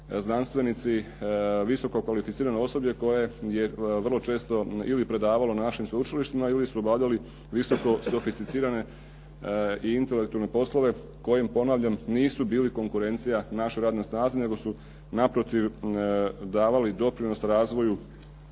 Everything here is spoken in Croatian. znanstvenici, visoko kvalificirano osoblje koje je vrlo često ili predavalo na našim sveučilištima ili su obavljali visoko sofisticirane i intelektualne poslove koji im ponavljam nisu bili konkurencija našoj radnoj snazi nego su naprotiv davali doprinos razvoju